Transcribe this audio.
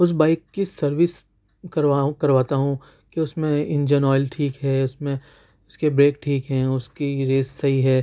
اُس بائیک کی سروس کرواؤں کرواتا ہوں کہ اُس میں انجن اوئل ٹھیک ہے اُس میں اُس کے بریک ٹھیک ہیں اُس کی ریس صحیح ہے